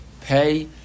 pay